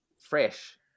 fresh